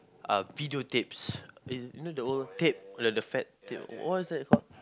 uh videotapes is you know the old tape the the fat tape wha~ what's that called